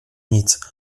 nic